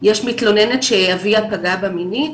יש מתלוננת שאביה פגע בה מינית